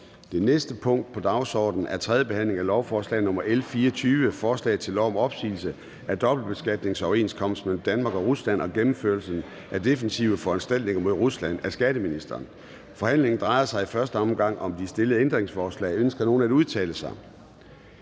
Det næste punkt på dagsordenen er: 5) 3. behandling af lovforslag nr. L 124: Forslag til lov om opsigelse af dobbeltbeskatningsoverenskomst mellem Danmark og Rusland og gennemførelse af defensive foranstaltninger mod Rusland. Af skatteministeren (Jeppe Bruus). (Fremsættelse 03.05.2023. 1. behandling